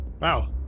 Wow